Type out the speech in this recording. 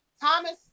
Thomas